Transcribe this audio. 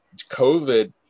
COVID